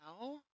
No